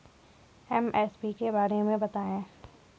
MSP के बारे में बतायें?